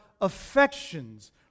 affections